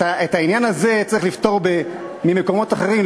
את העניין הזה צריך לפתור ממקומות אחרים,